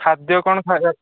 ଖାଦ୍ୟ କ'ଣ ଖାଇବା